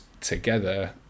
together